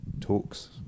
talks